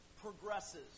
progresses